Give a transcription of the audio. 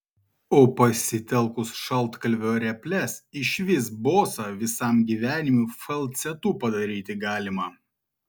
o pasitelkus šaltkalvio reples išvis bosą visam gyvenimui falcetu padaryti galima